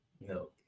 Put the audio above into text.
No